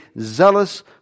zealous